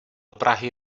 prahy